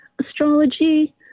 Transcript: astrology